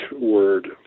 word